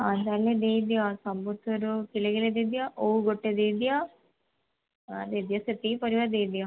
ହଁ ତା'ହେଲେ ଦେଇଦିଅ ସବୁଥିରୁ କିଲେ କିଲେ ଦେଇ ଦିଅ ଓଉ ଗୋଟେ ଦେଇଦିଅ ଦେଇଦିଅ ସେତିକି ପରିବା ଦେଇଦିଅ